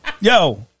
yo